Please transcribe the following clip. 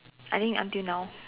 I think until now